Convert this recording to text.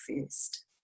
first